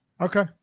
Okay